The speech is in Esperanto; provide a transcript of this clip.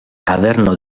kaverno